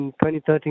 2013